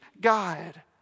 God